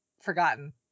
forgotten